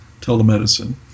telemedicine